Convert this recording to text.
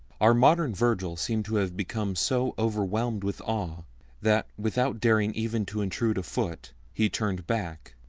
our modern virgil seemed to have become so overwhelmed with awe that, without daring even to intrude a foot, he turned back,